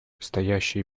стоящие